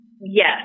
Yes